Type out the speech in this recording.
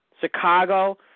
Chicago